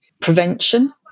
prevention